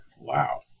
Wow